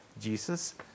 Jesus